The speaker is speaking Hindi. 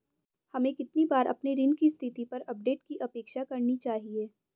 हमें कितनी बार अपने ऋण की स्थिति पर अपडेट की अपेक्षा करनी चाहिए?